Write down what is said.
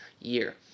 year